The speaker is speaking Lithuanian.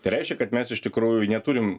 tai reiškia kad mes iš tikrųjų neturim